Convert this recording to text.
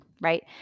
right